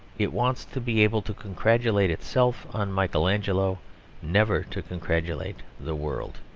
it wants to be able to congratulate itself on michael angelo never to congratulate the world.